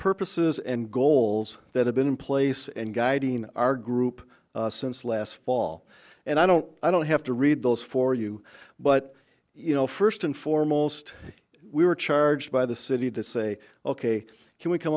purposes and goals that have been in place and guiding our group since last fall and i don't i don't have to read those for you but you know first and foremost we were charged by the city to say ok can we come